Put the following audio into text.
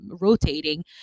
rotating